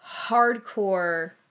hardcore